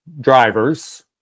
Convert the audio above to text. drivers